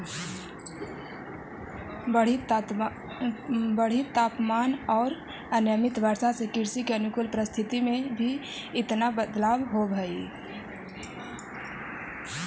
बढ़ित तापमान औउर अनियमित वर्षा से कृषि के अनुकूल परिस्थिति में भी बदलाव होवऽ हई